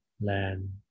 land